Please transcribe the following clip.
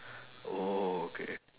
oh okay